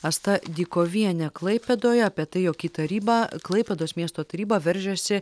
asta dykovienė klaipėdoje apie tai jog į tarybą klaipėdos miesto tarybą veržiasi